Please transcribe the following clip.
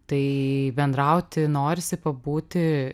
tai bendrauti norisi pabūti